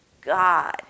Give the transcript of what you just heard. God